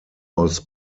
aus